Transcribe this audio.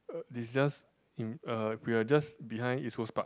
is just in uh we are just behind East Coast Park